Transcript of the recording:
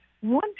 one